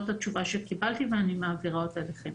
התשובה שקיבלתי ואני מעבירה אותה אליכם.